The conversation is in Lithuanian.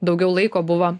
daugiau laiko buvo